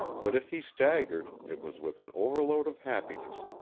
but if he staggered it was with an overload of happiness,